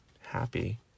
happy